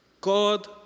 God